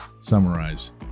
summarize